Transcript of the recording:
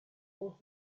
also